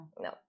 No